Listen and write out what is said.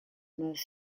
most